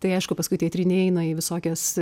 tai aišku paskui tie tryniai eina į visokias